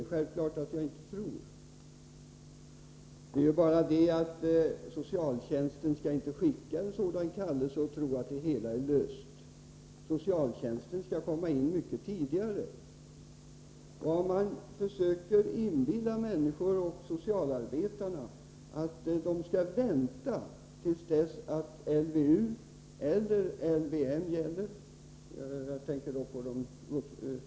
Självfallet tror jag inte det. Det är bara det att socialtjänsten inte skall skicka en sådan kallelse och tro att problemen därmed är lösta. Socialtjänsten skall komma in mycket tidigare. Man försöker inbilla socialarbetare och andra att de skall vänta till dess LVU eller LVM - jag tänker då på de vuxna missbrukarna — gäller.